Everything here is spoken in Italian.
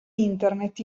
internet